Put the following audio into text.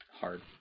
hard